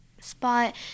spot